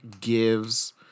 gives